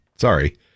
sorry